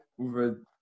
over